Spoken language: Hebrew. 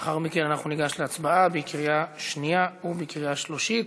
לאחר מכן אנחנו ניגש להצבעה בקריאה שנייה ובקריאה שלישית.